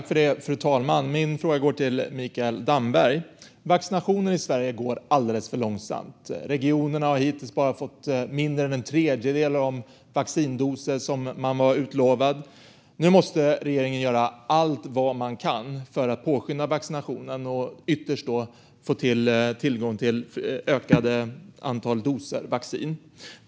Fru talman! Min fråga går till Mikael Damberg. Vaccinationen i Sverige går alldeles för långsamt. Regionerna har hittills bara fått mindre än en tredjedel av de vaccindoser som de var utlovade. Nu måste regeringen göra allt den kan för att påskynda vaccinationen och ytterst få tillgång till ett ökat antal doser vaccin.